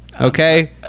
Okay